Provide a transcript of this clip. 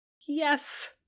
Yes